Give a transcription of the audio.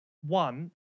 One